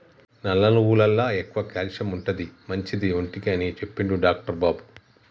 నల్ల నువ్వులల్ల ఎక్కువ క్యాల్షియం ఉంటది, మంచిది ఒంటికి అని చెప్పిండు డాక్టర్ బాబు